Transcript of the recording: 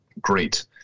great—